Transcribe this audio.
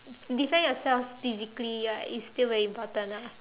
defend yourself physically right is still very important ah